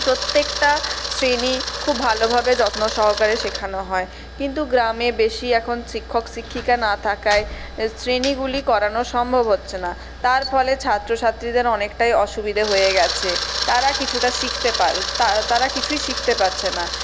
প্রত্যেকটা শ্রেণি খুব ভালোভাবে যত্নসহকারে শেখানো হয় কিন্তু গ্রামে বেশী এখন শিক্ষক শিক্ষিকা না থাকায় শ্রেণিগুলি করানো সম্ভব হচ্ছে না তার ফলে ছাত্রছাত্রীদের অনেকটাই অসুবিধে হয়ে গেছে তারা কিছুটা শিখতে তারা কিছুই শিখতে পাচ্ছে না